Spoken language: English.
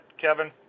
Kevin